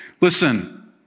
Listen